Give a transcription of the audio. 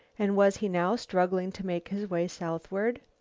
and was he now struggling to make his way southward?